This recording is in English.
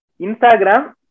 Instagram